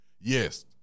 Yes